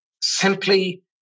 simply